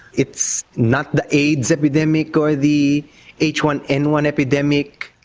it's not the aids epidemic or the h one n one epidemic.